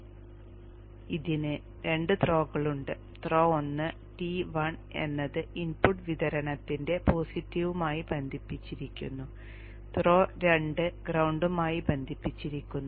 ഇതിന് രണ്ട് ത്രോകളുണ്ട് ത്രോ ഒന്ന് T1 എന്നത് ഇൻപുട്ട് വിതരണത്തിന്റെ പോസിറ്റീവുമായി ബന്ധിപ്പിച്ചിരിക്കുന്നു ത്രോ രണ്ട് ഗ്രൌണ്ടുമായി ബന്ധിപ്പിച്ചിരിക്കുന്നു